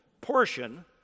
portion